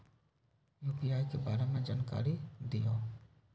UPI के बारे में जानकारी दियौ?